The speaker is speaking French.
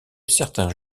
certains